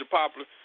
popular